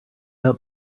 out